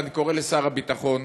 ואני קורא לשר הביטחון,